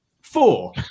Four